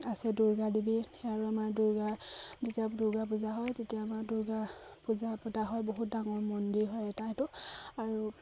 আছে দুৰ্গা দেৱী আৰু আমাৰ দুৰ্গা যেতিয়া দুৰ্গা পূজা হয় তেতিয়া আমাৰ দুৰ্গা পূজা পতা হয় বহুত ডাঙৰ মন্দিৰ হয় এটা এইটো আৰু